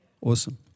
Awesome